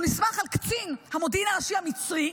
כשהוא נסמך על קצין המודיעין הראשי המצרי,